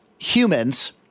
humans